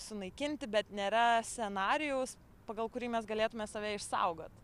sunaikinti bet nėra scenarijaus pagal kurį mes galėtume save išsaugot